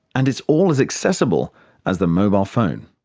and it's all as accessible as the mobile phone.